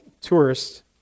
tourists